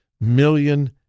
million